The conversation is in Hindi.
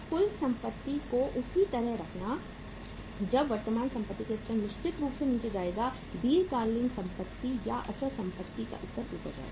कुल संपत्ति को उसी तरह रखना जब वर्तमान संपत्ति का स्तर निश्चित रूप से नीचे जाएगा दीर्घकालिक संपत्ति या अचल संपत्ति का स्तर ऊपर जाएगा